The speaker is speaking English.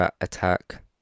attack